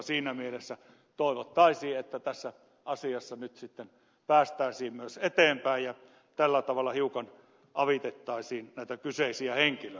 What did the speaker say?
siinä mielessä toivottaisiin että tässä asiassa nyt päästäisiin myös eteenpäin ja tällä tavalla hiukan avitettaisiin näitä kyseisiä henkilöitä